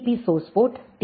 பிசோர்ஸ் port tea